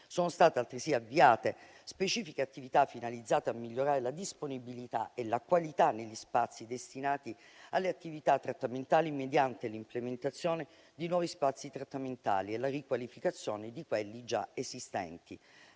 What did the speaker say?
Sono state altresì avviate specifiche attività finalizzate a migliorare la disponibilità e la qualità negli spazi destinati alle attività trattamentali mediante l'implementazione di nuovi spazi trattamentali e la riqualificazione di quelli già esistenti.